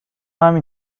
همین